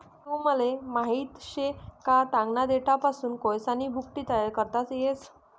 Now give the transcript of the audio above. तुमले माहित शे का, तागना देठपासून कोयसानी भुकटी तयार करता येस